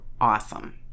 awesome